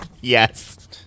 Yes